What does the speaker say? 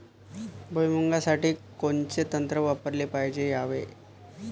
भुइमुगा साठी कोनचं तंत्र वापराले पायजे यावे?